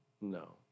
No